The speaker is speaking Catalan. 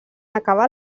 acabà